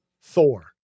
Thor